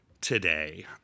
today